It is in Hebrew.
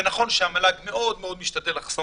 זה נכון שהמל"ג מאוד מאוד משתדל לחסום